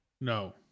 No